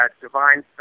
Divine